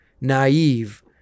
naive